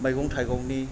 मैगं थायगंनि